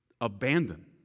abandon